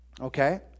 Okay